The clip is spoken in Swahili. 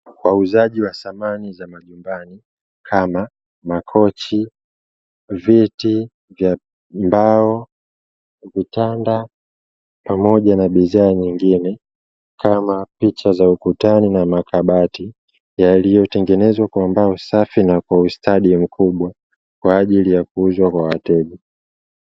Wauzaji wa samani za majumbani kama: makochi, viti vya mbao, vitanda; pamoja na bidhaa nyingine kama picha za ukutani na makabati yaliyotengenezwa kwa mbao safi na kwa ustadi mkubwa, kwa ajili ya kuuzwa kwa wateja.